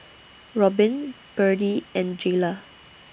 Robyn Byrdie and Jaylah